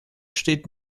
steht